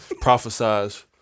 prophesize